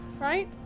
Right